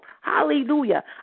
Hallelujah